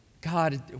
God